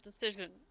decision